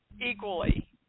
equally